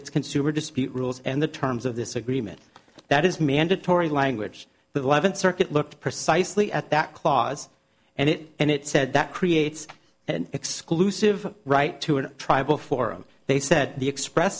its consumer dispute rules and the terms of this agreement that is mandatory language the eleventh circuit looked precisely at that clause and it and it said that creates an exclusive right to a tribal forum they said the express